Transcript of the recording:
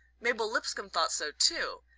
mabel lipscomb thought so too,